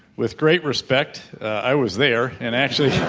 with great respect, i was there and actually